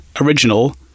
original